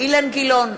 אילן גילאון,